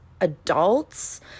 Adults